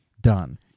Done